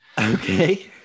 Okay